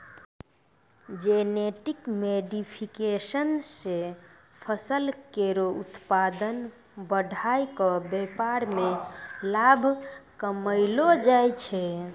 genetic modification सें फसल केरो उत्पादन बढ़ाय क व्यापार में लाभ कमैलो जाय छै